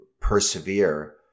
persevere